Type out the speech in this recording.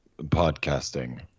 podcasting